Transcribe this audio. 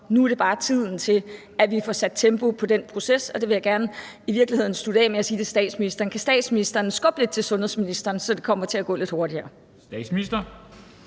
Nu er tiden bare til, at vi får sat tempo på den proces, og der vil jeg i virkeligheden gerne slutte af med at spørge statsministeren: Kan statsministeren skubbe lidt til sundhedsministeren, så det kommer til at gå lidt hurtigere? Kl.